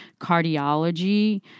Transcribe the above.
cardiology